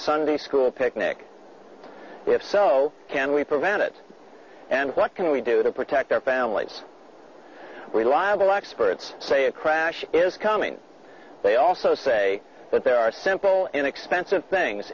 school picnic if so can we prevent it and what can we do to protect our families reliable experts say a crash is coming they also say but there are simple inexpensive things